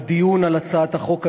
בדיון על הצעת החוק הזאת,